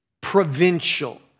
provincial